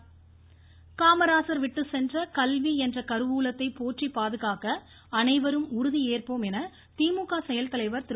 ஸ்டாலின் காமராஜர் விட்டுச் சென்ற கல்வி என்ற கருவூலத்தை போற்றி பாதுகாக்க அனைவரும் உறுதி ஏற்போம் என திமுக செயல் தலைவர் திரு